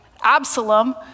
Absalom